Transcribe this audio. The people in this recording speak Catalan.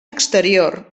exterior